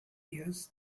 years